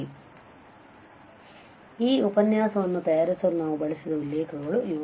ಸರಿ ಈ ಉಪನ್ಯಾಸವನ್ನು ತಯಾರಿಸಲು ನಾವು ಬಳಸಿದ ಉಲ್ಲೇಖಗಳು ಇವು